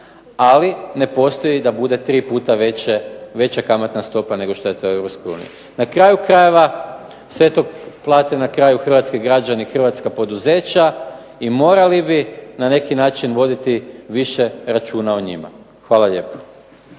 ali ne postoji da bude tri puta veća kamatna stopa nego što je to u Europskoj uniji. Na kraju krajeva sve to plate na kraju hrvatski građani, hrvatska poduzeća, i morali bi na neki način voditi više računa o njima. Hvala lijepo.